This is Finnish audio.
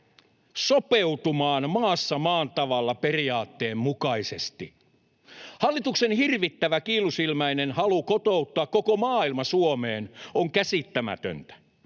sopeutumaan maassa maan tavalla -periaatteen mukaisesti. Hallituksen hirvittävä kiilusilmäinen halu kotouttaa koko maailma Suomeen on käsittämätöntä.